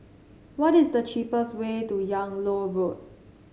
what is the cheapest way to Yung Loh Road